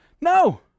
No